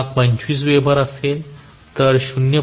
25 weber असेल तर 0